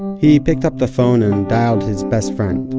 he picked up the phone and dialed his best friend,